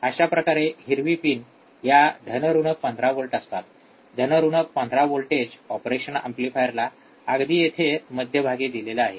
अशाप्रकारे हिरवी पिन ह्या धन ऋण १५ व्होल्ट असतात धन ऋण १५ व्होल्टेज ऑपरेशनल एंपलिफायरला अगदी येथे मध्यभागी दिलेले आहे